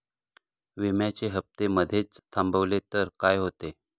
विम्याचे हफ्ते मधेच थांबवले तर काय होते?